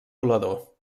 volador